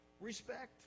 respect